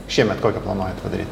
šiemet kokią planuojat padary